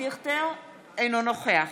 אינו נוכח